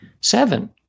seven